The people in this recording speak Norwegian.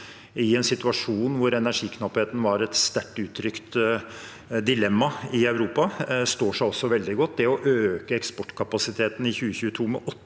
i en situasjon hvor energiknappheten var et sterkt uttrykt dilemma i Europa, også står seg veldig godt. Det å øke eksportkapasiteten i 2022 med 8